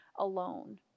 alone